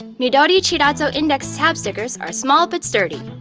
midori chiratto index tab stickers are small but sturdy.